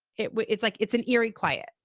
it's it's like it's an eerie quiet.